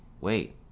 wait